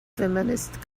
feminist